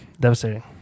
Devastating